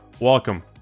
welcome